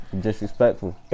Disrespectful